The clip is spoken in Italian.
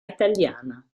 italiana